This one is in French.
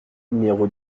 numéro